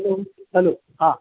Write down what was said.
hello hello हां